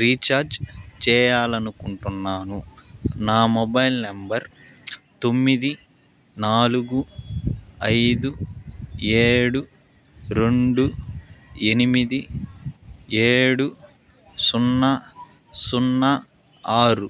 recharge చేయాలని అనుకుంటున్నాను నా మొబైల్ నెంబర్ తొమ్మిది నాలుగు ఐదు ఏడు రెండు ఎనిమిది ఏడు సున్నా సున్నా ఆరు